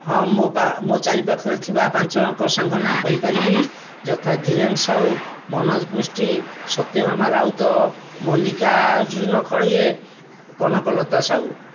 ହଁ ମୋ' ମୋ' ଚାରିପାଖରେ ଥିବା ପାଞ୍ଚ ଜଣଙ୍କ ସାଙ୍ଗ ନାଁ କହିପାରିବି ଯଥା ଧିରେନ ସାହୁ ମନୋଜ ପୃଷ୍ଟି ସତ୍ୟଭାମା ରାଉତ ମଲ୍ଲିକା ଅର୍ଜୁନ ଖଳିଏ କନକ ଲତା ସାହୁ